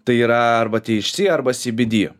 tai yra arba tyeičsy arba sybydy